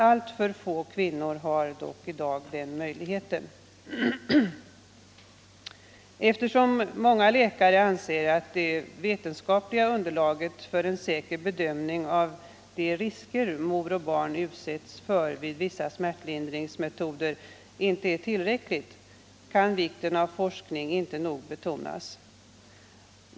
Alltför få kvinnor har dock i dag den möjligheten. Eftersom många läkare anser att det vetenskapliga underlaget för en säker bedömning av de risker mor och barn utsätts för vid vissa smärtlindringsmetoder inte är tillräckligt, kan vikten av forskning inte nog betonas.